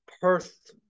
Perth